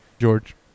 George